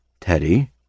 Teddy